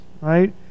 right